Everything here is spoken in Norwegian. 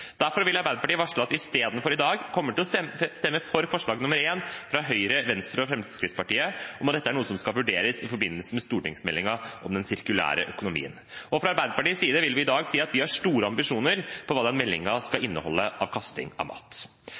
Derfor vil jeg varsle at Arbeiderpartiet i dag istedenfor kommer til å stemme for forslag nr. 1, fra Høyre, Fremskrittspartiet og Venstre om at dette er noe som skal vurderes i forbindelse med stortingsmeldingen om den sirkulære økonomien. Fra Arbeiderpartiets side vil vi i dag si at vi har store ambisjoner om hva den meldingen skal inneholde når det gjelder kasting av mat.